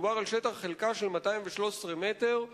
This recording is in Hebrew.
מדובר על חלקה של 213 מ"ר,